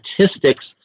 statistics